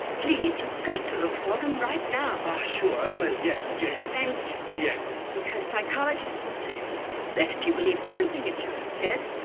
please, you've got to look for them right now. ah, sure. i will. yes, yes thank you. yes. because psychologists insist that if you believe everything a child says,